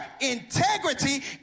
integrity